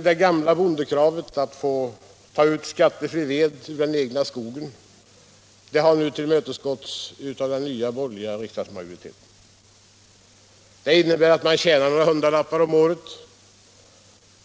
Det gamla bondekravet om att få ta ut skattefri ved ur den egna skogen har nu tillmötesgåtts av den nya borgerliga riksdagsmajoriteten. Detta innebär att man tjänar några hundra lappar om året.